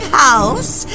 house